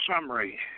summary